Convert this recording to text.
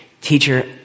Teacher